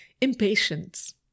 impatience